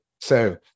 So-